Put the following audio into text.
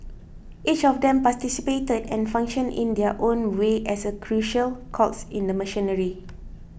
each of them participated and functioned in their own way as a crucial cogs in the machinery